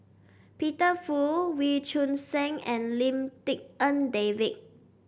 Peter Fu Wee Choon Seng and Lim Tik En David